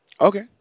Okay